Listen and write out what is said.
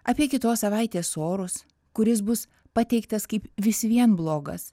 apie kitos savaitės orus kuris bus pateiktas kaip vis vien blogas